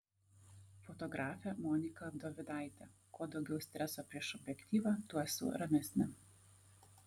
fotografė monika dovidaitė kuo daugiau streso prieš objektyvą tuo esu ramesnė